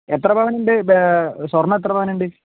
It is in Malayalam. എത്ര പവനുണ്ട് ബേ സ്വർണം എത്ര പവനുണ്ട്